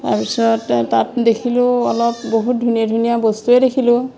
তাৰপিছত তাত দেখিলোঁ অলপ বহুত ধুনীয়া ধুনীয়া বস্তুৱে দেখিলোঁ